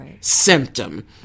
symptom